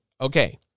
Okay